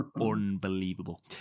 unbelievable